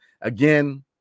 again